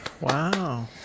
wow